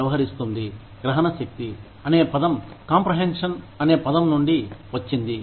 గ్రహణశక్తి గ్రహణ శక్తి అనే పదం కాంప్రహెన్షన్ అనే పదం నుంచి వచ్చింది